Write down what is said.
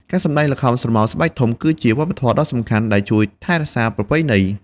ការសម្តែងល្ខោនស្រមោលស្បែកធំ គឺជាវប្បធម៌ដ៏សំខាន់ដែលជួយថែរក្សាប្រពៃណី។